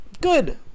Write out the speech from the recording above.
Good